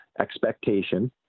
expectation